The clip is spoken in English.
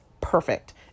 perfect